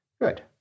Good